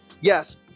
Yes